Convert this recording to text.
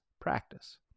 practice